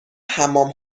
حمام